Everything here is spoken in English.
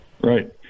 Right